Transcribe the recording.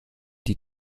die